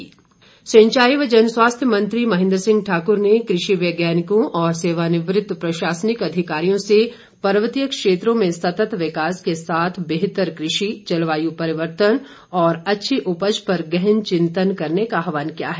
महेन्द्र सिंह सिंचाई व जनस्वास्थ्य मंत्री महेन्द्र सिंह ठाकुर ने कृषि वैज्ञानिकों और सेवा निवृत्त प्रशासनिक अधिकारियों से पर्वतीय क्षेत्रों में सत्त विकास के साथ बेहतर कृषि जलवायु परिवर्तन और अच्छी उपज पर गहन चिंतन करने का आहवान किया है